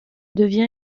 devient